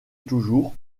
toujours